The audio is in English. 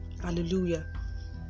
hallelujah